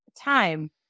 time